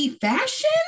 fashion